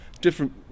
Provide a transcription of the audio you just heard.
Different